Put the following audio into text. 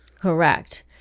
correct